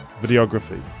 videography